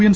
N